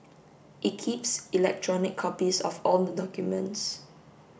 it keeps electronic copies of all the documents